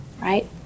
right